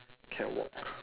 can walk